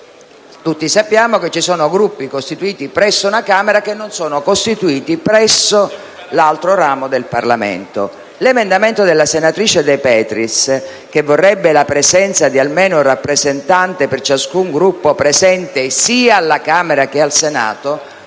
Tutti sappiamo che ci sono Gruppi costituiti presso una Camera, che non sono costituiti presso l'altro ramo del Parlamento. L'emendamento della senatrice De Petris, che vorrebbe la presenza di almeno un rappresentante per ciascun Gruppo presente sia alla Camera che al Senato,